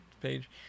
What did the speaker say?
page